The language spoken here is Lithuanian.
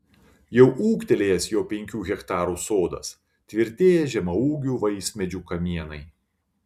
jau ūgtelėjęs jo penkių hektarų sodas tvirtėja žemaūgių vaismedžių kamienai